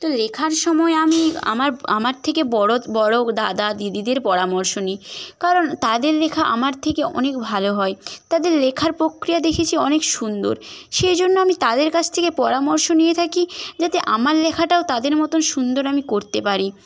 তো লেখার সময়ে আমি আমার আমার থেকে বড় বড় দাদা দিদিদের পরামর্শ নিই কারণ তাদের লেখা আমার থেকে অনেক ভালো হয় তাদের লেখার প্রক্রিয়া দেখেছি অনেক সুন্দর সেই জন্য আমি তাদের কাছ থেকে পরামর্শ নিয়ে থাকি যাতে আমার লেখাটাও তাদের মতো সুন্দর আমি করতে পারি